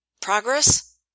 Progress